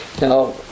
Now